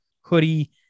hoodie